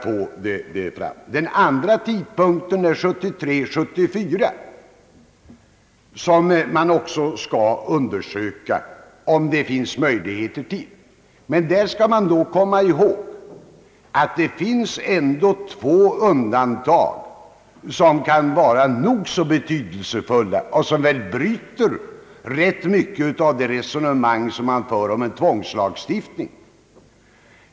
Vidare skall det undersökas om det finns möjligheter att genomföra sammanläggning vid årsskiftet 1973— 1974. Emellertid bör man komma ihåg att det finns två undantag, som kan vara nog så betydelsefulla och som bryter det resonemang som förs om en tvångslagstiftning.